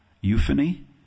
euphony